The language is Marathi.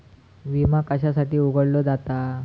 विमा कशासाठी उघडलो जाता?